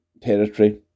territory